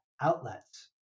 outlets